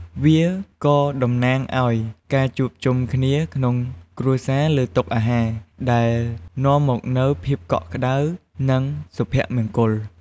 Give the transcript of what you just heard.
វាក៏តំណាងឱ្យ ការជួបជុំគ្នា ក្នុងគ្រួសារលើតុអាហារ ដែលនាំមកនូវភាពកក់ក្តៅ និងសុភមង្គល។